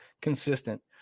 consistent